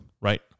right